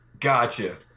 Gotcha